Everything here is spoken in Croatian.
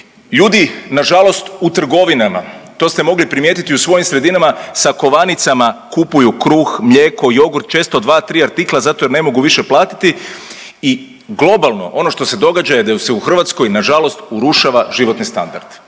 Ljudi nažalost u trgovinama, to ste mogli primijetiti u svojim sredinama, sa kovanicama kupuju kruh, mlijeko, jogurt često dva, tri artikla zato jer ne mogu više platiti i globalno ono što se događa da se u Hrvatskoj nažalost urušava životni standard